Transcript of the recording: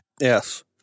Yes